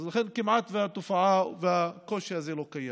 לכן הקושי הזה כמעט לא קיים.